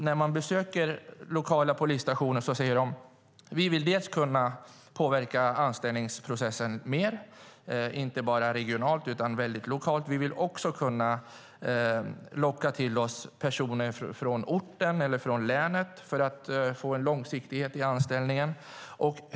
När man besöker lokala polisstationer säger de: Vi vill kunna påverka anställningsprocessen mer inte bara regionalt utan väldigt lokalt. Vi vill också kunna locka till oss personer från orten eller länet för att få en långsiktighet i anställningen.